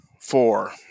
Four